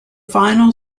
final